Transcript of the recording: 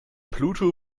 pluto